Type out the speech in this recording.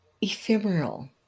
ephemeral